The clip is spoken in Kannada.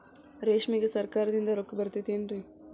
ರೇಷ್ಮೆಗೆ ಸರಕಾರದಿಂದ ರೊಕ್ಕ ಬರತೈತೇನ್ರಿ?